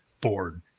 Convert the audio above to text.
board